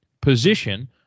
position